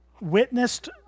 witnessed